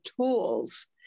tools